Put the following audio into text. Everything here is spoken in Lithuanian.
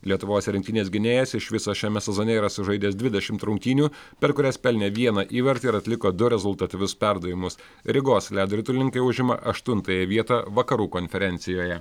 lietuvos rinktinės gynėjas iš viso šiame sezone yra sužaidęs dvidešimt rungtynių per kurias pelnė vieną įvartį ir atliko du rezultatyvius perdavimus rygos ledo ritulininkai užima aštuntąją vietą vakarų konferencijoje